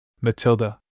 Matilda